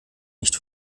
nicht